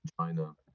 China